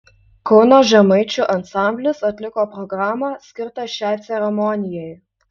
kauno žemaičių ansamblis atliko programą skirtą šiai ceremonijai